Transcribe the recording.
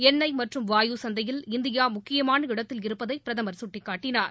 எண்ணெய் மற்றும் வாயு சந்தையில் இந்தியா முக்கியமான இடத்தில் இருப்பதை பிரதமர் கட்டிக் காட்டினார்